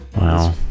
wow